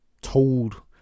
told